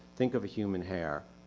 think of a human hair.